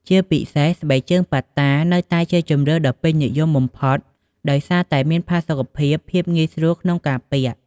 ជាពិសេស ស្បែកជើងប៉ាតានៅតែជាជម្រើសដ៏ពេញនិយមបំផុតដោយសារតែមានផាសុកភាព ភាពងាយស្រួលក្នុងការពាក់។